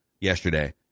yesterday